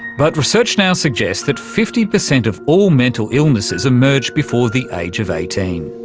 but research now suggests that fifty percent of all mental illnesses emerge before the age of eighteen.